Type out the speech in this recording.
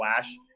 flash